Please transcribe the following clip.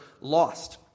lost